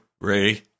Ray